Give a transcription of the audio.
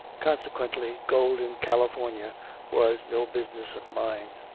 consequently, gold in california was no business of mine.